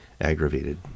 aggravated